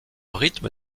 rythme